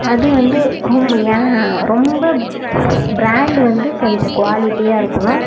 அது வந்து ரொம்ப என் ரொம்ப பிராண்டு வந்து கொஞ்சம் குவாலிட்டியாக இருக்கணும்